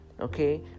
okay